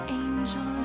angel